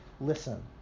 listen